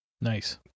nice